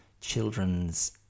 children's